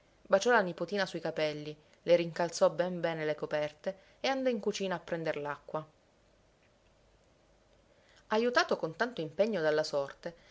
baciò la nipotina sui capelli le rincalzò ben bene le coperte e andò in cucina a prender l'acqua ajutato con tanto impegno dalla sorte